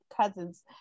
cousins